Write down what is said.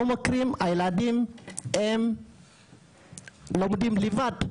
לא מכירים הילדים הם לומדים לבד,